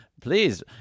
Please